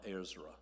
Ezra